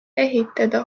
ehitada